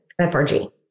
FRG